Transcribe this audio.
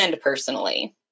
personally